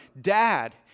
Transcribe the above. dad